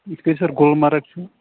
یِتھ کٔنۍ سَر گُلمَرگ چھُ